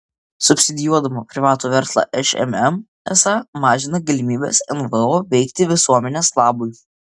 subsidijuodama privatų verslą šmm esą mažina galimybes nvo veikti visuomenės labui